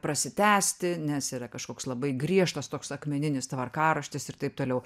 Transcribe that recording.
prasitęsti nes yra kažkoks labai griežtas toks akmeninis tvarkaraštis ir taip toliau